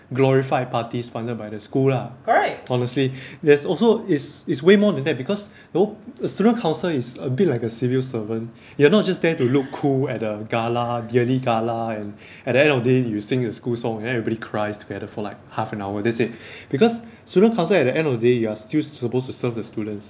glorified parties funded by the school lah correct honestly there's also it's it's way more than that because you know the student council is a bit like a civil servant you're not just there to look cool at a gala yearly gala and at the end of the day you sing the school song then everybody cries together for like half an hour that's it because student councillor at the end of the day you are still supposed to serve the students